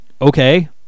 okay